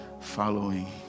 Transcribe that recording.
following